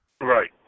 Right